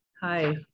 Hi